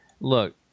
Look